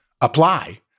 apply